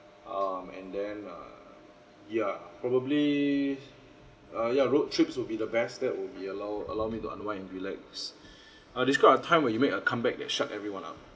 um and then err ya probably uh ya road trips will be the best that would be allow allow me to unwind and relax uh describe a time when you make a come back that shut everyone up